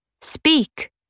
speak